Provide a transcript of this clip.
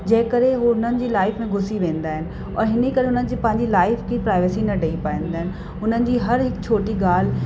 जंहिं करे हुननि जी लाइफ़ में घुसी वेंदा आहिनि और हिन करे हुननि जी पंहिंजी लाइफ़ जी प्राइवेसी न ॾेई पाईंदा आहिनि हुननि जी हर हिकु छोटी ॻाल्हि